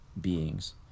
beings